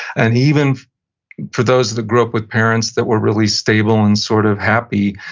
and even for those that grew up with parents that were really stable, and sort of happy,